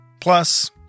Plus